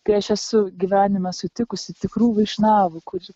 kai aš esu gyvenime sutikusi tikrų vaišnavų kur